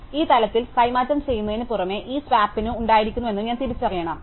അതിനാൽ ഈ തലത്തിൽ കൈമാറ്റം ചെയ്യുന്നതിനു പുറമേ ഈ സ്വാപ്പിന് ഉണ്ടായിരുന്നുവെന്നും ഞാൻ തിരിച്ചറിയണം